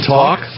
talk